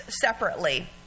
separately